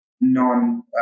non